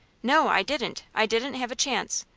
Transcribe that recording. no, i didn't. i didn't have a chance.